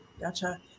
gotcha